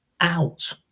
out